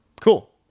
Cool